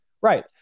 Right